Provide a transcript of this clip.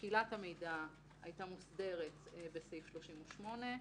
שקילת המידע הייתה מוסדרת בסעיף 38,